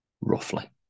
roughly